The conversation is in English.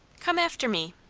come after me,